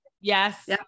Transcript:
yes